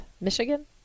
Michigan